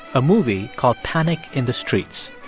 a movie called panic in the streets.